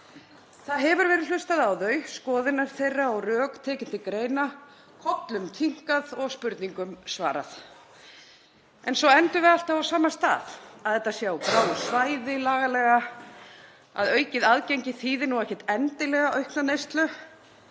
Það hefur verið hlustað á þau, skoðanir þeirra og rök tekin til greina, kollum kinkað og spurningum svarað. En svo endum við alltaf á sama stað, að þetta sé á gráu svæði lagalega, að aukið aðgengi þýði nú ekkert endilega aukna neyslu.